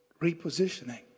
repositioning